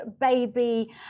baby